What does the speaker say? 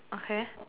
okay